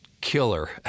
killer